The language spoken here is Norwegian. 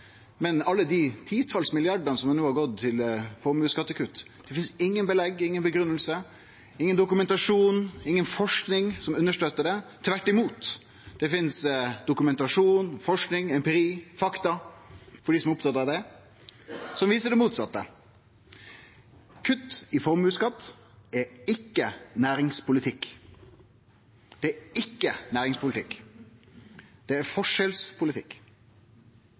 alle dei titals milliardane som no har gått til formuesskattekutt, finst det ikkje noko belegg, inga grunngjeving, ingen dokumentasjon og inga forsking som støttar. Tvert imot finst det dokumentasjon, forsking, empiri og fakta – for dei som er opptatt av det – som viser det motsette. Kutt i formuesskatt er ikkje næringspolitikk. Det er ikkje næringspolitikk. Det er forskjellspolitikk.